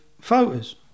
photos